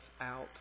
out